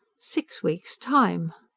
six weeks' time?